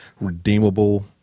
redeemable